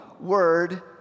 word